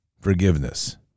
forgiveness